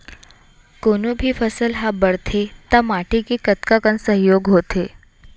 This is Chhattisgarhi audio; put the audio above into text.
कोनो भी फसल हा बड़थे ता माटी के कतका कन सहयोग होथे?